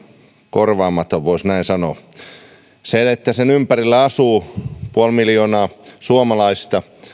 korvaamaton näin voisi sanoa se että niiden ympärillä asuu puolimiljoonaa suomalaista